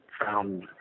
found